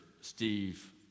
Steve